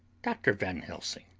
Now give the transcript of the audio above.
dr. van helsing,